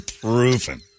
proven